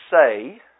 say